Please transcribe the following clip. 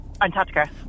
Antarctica